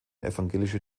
evangelische